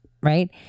Right